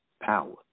power